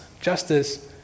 justice